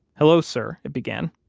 hello, sir, it began.